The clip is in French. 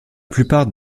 plupart